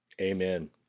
Amen